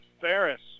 Ferris